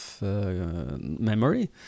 memory